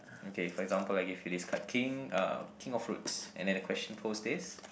okay for example I give you this card king uh king of fruits and then the question pose this